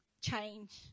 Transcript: change